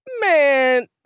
man